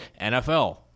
NFL